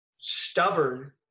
stubborn